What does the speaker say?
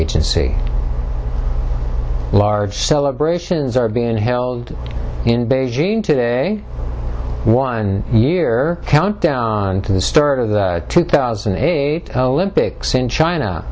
agency large celebrations are being held in beijing today one year countdown to the start of the two thousand and eight olympics in china